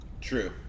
True